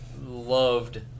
loved